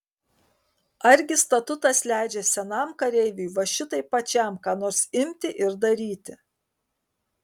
argi statutas leidžia senam kareiviui va šitaip pačiam ką nors imti ir daryti